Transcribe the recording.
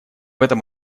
этом